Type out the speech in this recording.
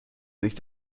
sich